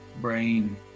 brain